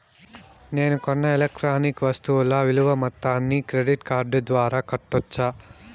నేను కొన్న ఎలక్ట్రానిక్ వస్తువుల విలువ మొత్తాన్ని క్రెడిట్ కార్డు ద్వారా కట్టొచ్చా?